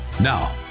Now